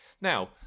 Now